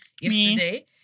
yesterday